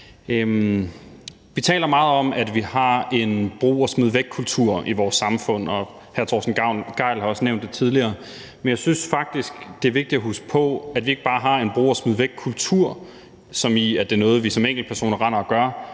Vi taler meget om, at vi har en brug og smid væk-kultur i vores samfund, og hr. Torsten Gejl har også nævnt det tidligere. Men jeg synes faktisk, det er vigtigt at huske på, at vi ikke bare har en brug og smid væk-kultur, i forhold til at det er noget, vi som enkeltpersoner render og gør,